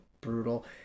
brutal